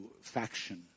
faction